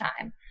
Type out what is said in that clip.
time